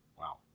wow